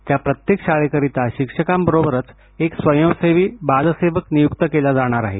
त्या प्रत्येक शाळेकरिता शिक्षकांबरोबरच एक स्वयंसेवी बालसेवक नियुक्त केला जाणार आहे